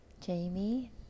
jamie